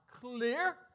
clear